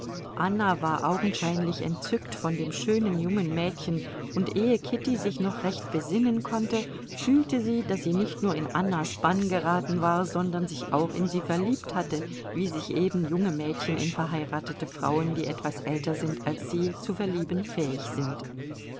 anna war augenscheinlich entzückt von dem schönen jungen mädchen und ehe kitty sich noch recht besinnen konnte fühlte sie daß sie nicht nur in annas bann geraten war sondern sich auch in sie verliebt hatte wie sich eben junge mädchen in verheiratete frauen die etwas älter sind als sie zu verlieben fähig sind